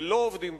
ולא עובדים,